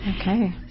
okay